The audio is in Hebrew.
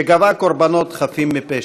שגבה קורבנות חפים מפשע.